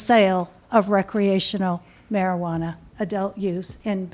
sale of recreational marijuana adult use